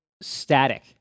static